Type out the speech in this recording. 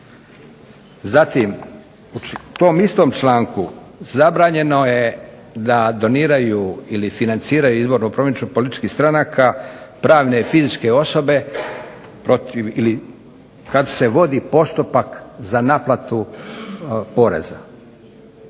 Zatim, u tom istom članku zabranjeno je da doniraju ili financiraju izbornu promidžbu političkih stranaka pravne fizičke osobe ili kada se vodi postupak za naplatu poreza.